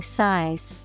size